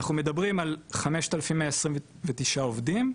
אנחנו מדברים על 5,129 עובדים,